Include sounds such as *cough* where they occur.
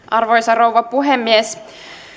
*unintelligible* arvoisa rouva puhemies